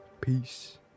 Peace